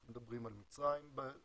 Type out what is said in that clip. אנחנו מדברים על מצריים בתיאוריה,